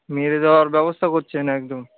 মেরে দেওয়ার ব্যবস্থা করছে না একদম